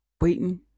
waiting